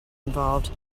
involved